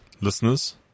listeners